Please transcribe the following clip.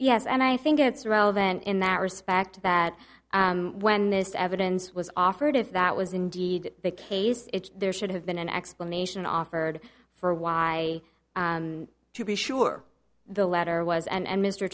yes and i think it's relevant in that respect that when this evidence was offered if that was indeed the case there should have been an explanation offered for why to be sure the letter was and